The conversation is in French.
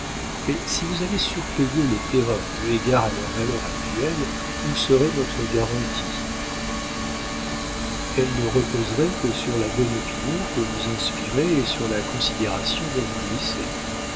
mais si vous avez surpayé les terrains eu égard à leur valeur actuelle où serait notre garantie elle ne reposerait que sur la bonne opinion que vous inspirez et sur la considération dont vous jouissez